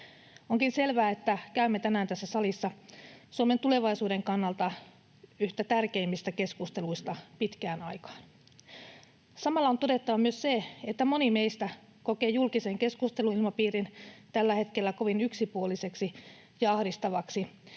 Onkin selvää, että käymme tänään tässä salissa Suomen tulevaisuuden kannalta yhtä tärkeimmistä keskusteluista pitkään aikaan. Samalla on todettava myös se, että moni meistä kokee julkisen keskusteluilmapiirin tällä hetkellä kovin yksipuoliseksi ja ahdistavaksi,